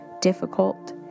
difficult